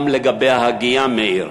גם לגבי ההגייה, מאיר,